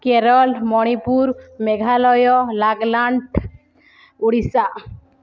Kerala Manipur Meghalaya Nagaland Odisha